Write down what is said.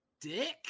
dick